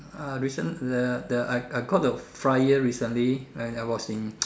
uh recent the the uh I I got the flyer recently and I was in